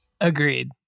Agreed